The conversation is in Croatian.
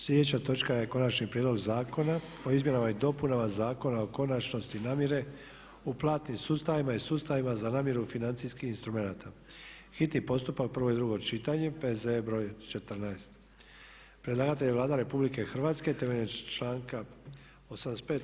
Sljedeća točka je - Konačni prijedlog zakona o izmjenama i dopunama Zakona o konačnosti namjere o platnim sustavima i sustavima za namiru financijskih instrumenata, hitni postupak, prvo i drugo čitanje, P.Z.E. br. 14 Predlagatelj je Vlada RH temeljem članka 85.